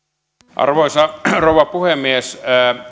arvoisa rouva puhemies